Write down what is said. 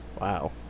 Wow